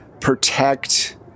protect